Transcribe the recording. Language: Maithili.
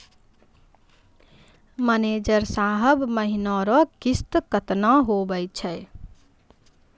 मैनेजर साहब महीना रो किस्त कितना हुवै छै